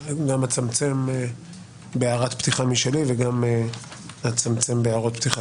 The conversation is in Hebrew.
מצמצם בהערת פתיחה משלי וגם נצמצם בהערות פתיחה